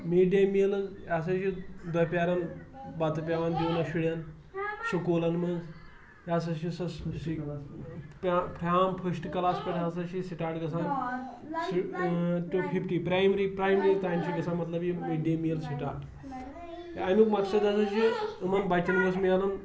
mid day meals یہِ ہَسا چھِ دۄہ پہرَن بَتہٕ پٮ۪وان دیُن شُرٮ۪ن سکوٗلَن منٛز یہِ ہَسا چھِ سۄ پیام فرام فٔسٹ کَلاس پٮ۪ٹھ ہَسا چھِ سِٹاٹ گژھان ٹُو فِفٹی پرٛایمری پرٛایمری تانۍ چھِ گژھان مطلب یہِ مِڈ ڈے میٖل سِٹاٹ اَمیُک مقصد ہَسا چھِ یِمَن بَچَن گٔژھ ملان